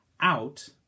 out